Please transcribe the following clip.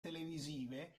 televisive